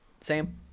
Sam